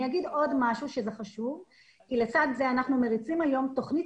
אני אומר עוד משהו שהוא חשוב כי לצד זה אנחנו מריצים היום תוכנית